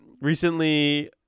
recently